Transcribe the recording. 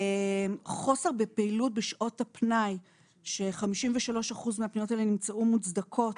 חוסר בפעילות בשעות הפנאי - 53% מהפניות האלה נמצאו מוצדקות.